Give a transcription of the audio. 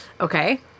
Okay